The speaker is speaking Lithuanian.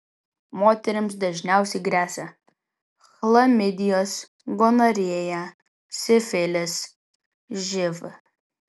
moterims dažniausiai gresia chlamidijos gonorėja sifilis živ